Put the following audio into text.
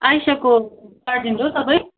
आइसाको guardian हो तपाईँ